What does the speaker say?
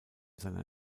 seiner